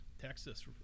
Texas